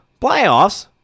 Playoffs